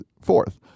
fourth